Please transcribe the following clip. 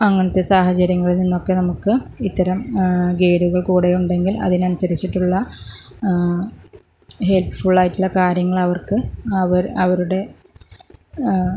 അങ്ങനത്തെ സാഹചര്യങ്ങളിൽ നിന്നൊക്കെ നമുക്ക് ഇത്തരം ഗൈഡുകൾ കൂടെ ഉണ്ടെങ്കിൽ അതിനനുസരിച്ചിട്ടുള്ള ഹെൽപ്പ് ഫുള്ളായിട്ടുള്ള കാര്യങ്ങൾ അവർക്ക് അവരുടെ